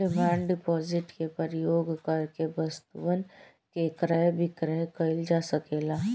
demand deposit के प्रयोग करके वस्तुअन के क्रय विक्रय कईल जा सकेला